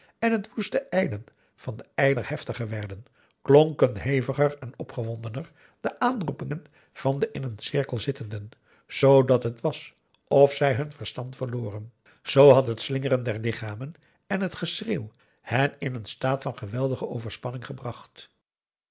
en het woeste ijlen van den lijder heftiger werden klonken heviger en opgewondener de aanroepingen van de in een cirkel zittenden zoo dat het was of zij hun verstand verloren zoo had het slingeren der lichamen en het geschreeuw hen in een staat van geweldige overspanning gebracht